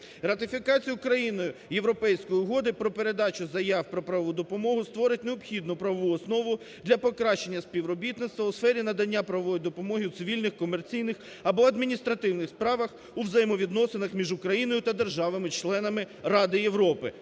Ратифікацію Україною Європейської угоди про передачу заяв про правову допомогу створить необхідну правову основу для покращення співробітництва у сфері надання правової допомоги у цивільних, комерційних або адміністративних справах у взаємовідносинах між Україною та державами-членами Ради Європи,